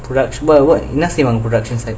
production [what] என்ன செய்வாங்க:enna seivanga production side